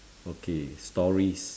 okay stories